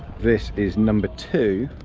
this is number two,